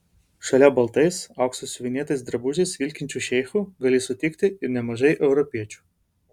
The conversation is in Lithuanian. šalia baltais auksu siuvinėtais drabužiais vilkinčių šeichų gali sutikti ir nemažai europiečių